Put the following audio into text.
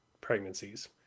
pregnancies